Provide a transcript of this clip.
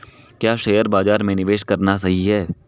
क्या शेयर बाज़ार में निवेश करना सही है?